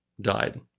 died